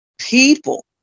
people